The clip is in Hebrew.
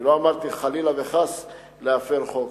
אני לא אמרתי, חלילה וחס, להפר חוק,